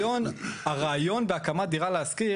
הרעיון בהקמת דירה להשכיר,